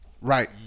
Right